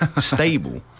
stable